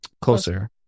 closer